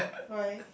why